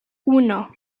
uno